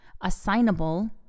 Assignable